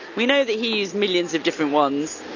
we know that he used millions of different ones,